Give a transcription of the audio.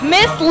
Miss